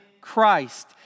Christ